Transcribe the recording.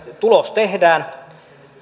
tulos tehdään